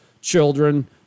children